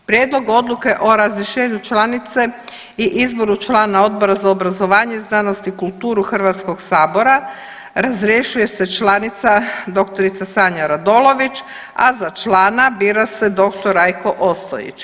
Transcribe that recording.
Prijedlog odluke o razrješenju članice i izboru člana Odbora za obrazovanje, znanost i kulturu Hrvatskog sabora razrješuje se članica doktorica Sanja Radolović, a za člana bira se doktor Rajko Ostojić.